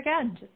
again